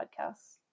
podcasts